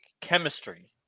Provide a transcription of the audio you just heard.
chemistry